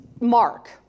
mark